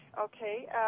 Okay